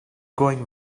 going